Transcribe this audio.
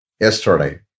yesterday